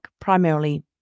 primarily